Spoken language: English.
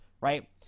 right